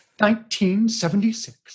1976